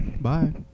bye